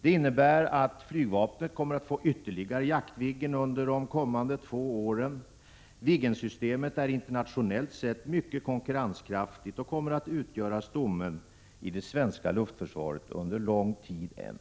Det innebär att flygvapnet kommer att få ytterligare Jaktviggen under de kommande två åren. Viggensystemet är internationellt sett mycket konkurrenskraftigt och kommer att utgöra stommen i det svenska luftförsvaret under lång tid än.